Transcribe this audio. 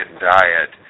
diet